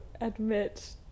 admit